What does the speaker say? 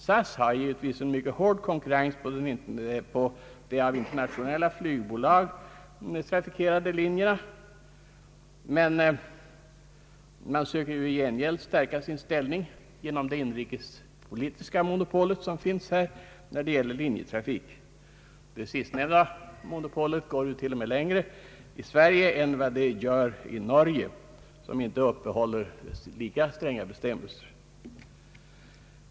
SAS har givetvis en mycket hård konkurrens på de av internationella flygbolag trafikerade linjerna, men bolaget söker ju i gengäld stärka sin ställning genom monopolet på inrikes linjetrafik. Det sistnämnda monopolet går ju till och med längre i Sverige än vad det gör i Norge, där lika stränga bestämmelser inte upprätthålles.